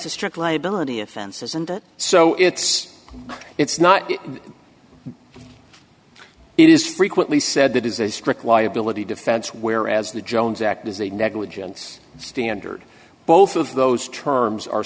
a strict liability offenses and so it's it's not it is frequently said that is a strict liability defense whereas the jones act is a negligence standard both of those terms are